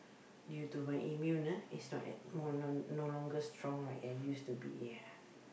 due to my immune ah is not at no longer strong like I used to be ah